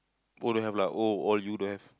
O don't have lah O all you don't have